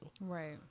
Right